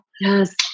Yes